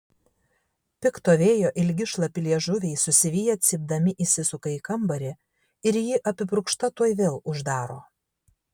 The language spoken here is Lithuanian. pikto vėjo ilgi šlapi liežuviai susiviję cypdami įsisuka į kambarį ir ji apipurkšta tuoj vėl uždaro